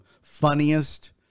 funniest